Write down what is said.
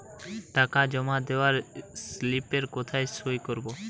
টাকা জমা দেওয়ার স্লিপে কোথায় সই করব?